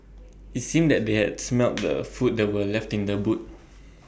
IT seemed that they had smelt the food that were left in the boot